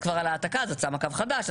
ועל העתקה אתה כבר שם קו חדש,